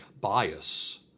bias